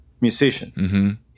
musician